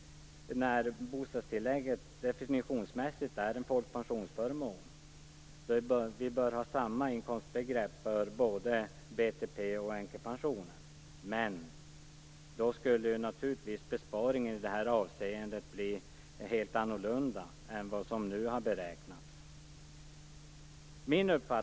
Bostadstillägget är definitionsmässigt en folkpensionsförmån. Vi bör ha samma inkomstbegrepp för både BTP och änkepensionen. Men då skulle naturligtvis besparingen i det här avseendet bli helt annorlunda än den som nu har beräknats.